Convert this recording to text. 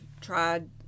tried